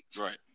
Right